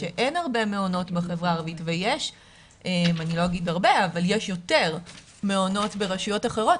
שאין הרבה מעונות בחברה הערבית ויש יותר מעונות ברשויות אחרות,